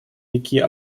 реки